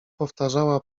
powtarzała